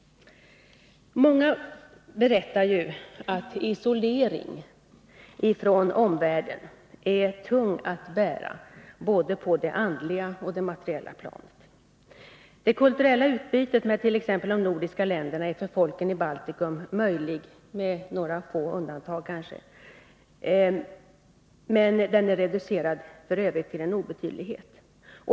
Många berättar ju att isolering från omvärlden är tung att bära, både på det andliga och på det materiella planet. Det kulturella utbytet med t.ex. de nordiska länderna är för folken i Baltikum — möjligen med några få undantag — reducerat till en obetydlighet.